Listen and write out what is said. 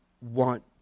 want